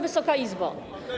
Wysoka Izbo!